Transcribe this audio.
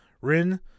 Rin